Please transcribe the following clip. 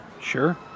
Sure